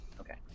Okay